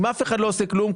אם אף אחד לא עושה כלום,